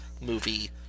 movie